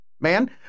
man